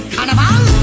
Carnival